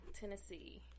tennessee